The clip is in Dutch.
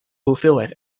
hoeveelheid